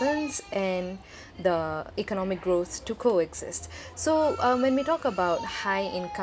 concerns and the economic growth to co-exist so um when we talk about high-income